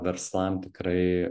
verslam tikrai